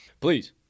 Please